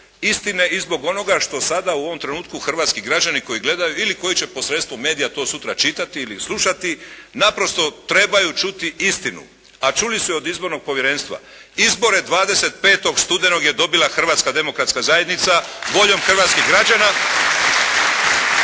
istine i zbog onoga što sada u ovom trenutku hrvatski građani koji gledaju ili koji će posredstvom medija to sutra čitati ili slušati naprosto trebaju čuti istinu. A čuli su je od Izbornog povjerenstva. Izbore 25. studenog je dobila Hrvatska demokratska zajednica ... /Pljesak/ … voljom hrvatskih građana